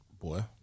Boy